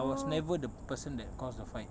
I was never the person that caused the fight